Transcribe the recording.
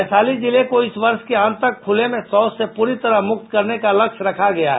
वैशाली जिले को इस वर्ष के अंत तक खुले में शौच से पूरी तरह मुक्त करने का लक्ष्य रखा गया है